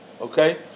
Okay